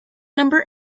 number